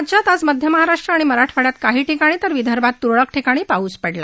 राज्यात आज मध्य महाराष्ट्र आणि मराठवाड्यात काही ठिकाणी तर विदर्भात त्रळक ठिकाणी पाऊस पडला